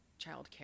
childcare